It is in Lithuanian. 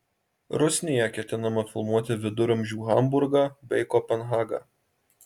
rusnėje ketinama filmuoti viduramžių hamburgą bei kopenhagą